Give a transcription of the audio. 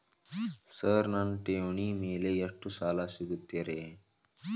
Sir ನನ್ನ ಠೇವಣಿ ಮೇಲೆ ಎಷ್ಟು ಸಾಲ ಸಿಗುತ್ತೆ ರೇ?